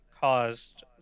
caused